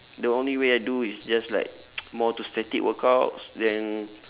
the only way I do is just like more to static workouts then